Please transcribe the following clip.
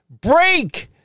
break